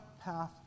path